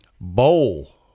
Bowl